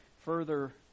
further